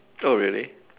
oh really